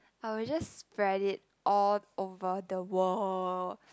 I will just spread it all over the world